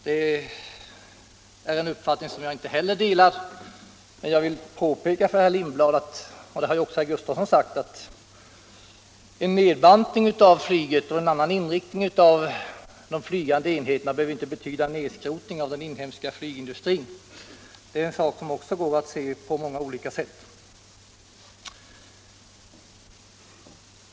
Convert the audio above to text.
Det är en uppfattning som jag inte heller delar, men jag vill påpeka för herr Lindblad — och det har även herr Gustavsson sagt — att en nedbantning av flyget och en annan inriktning av de flygande enheterna inte behöver betyda en utrotning av den inhemska flygindustrin. Det är en sak som man också kan se på flera olika sätt.